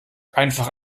einfach